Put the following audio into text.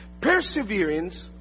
Perseverance